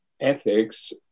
ethics